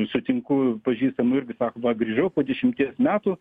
sutinku pažįstamų irgi sako va grįžau po dešimties metų